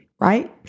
Right